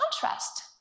contrast